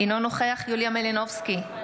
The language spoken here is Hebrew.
אינו נוכח יוליה מלינובסקי,